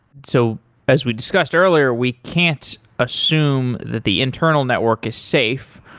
so as we discussed earlier, we can't assume that the internal network is safe.